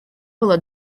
было